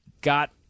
got